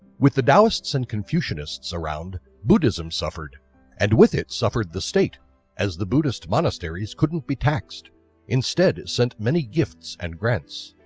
with the taoists and confucianists around buddhism suffered and with it suffered the state as the buddhist monasteries couldn't be taxed instead sent many gifts and grants.